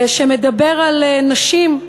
שמדבר על נשים,